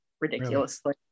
ridiculously